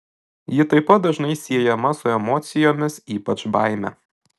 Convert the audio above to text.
ji taip pat dažnai siejama su emocijomis ypač baime